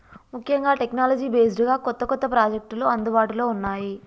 ముఖ్యంగా technology based గా కొత్త కొత్త ప్రాజెక్టులు అందుబాటులో ఉన్నాయి